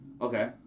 Okay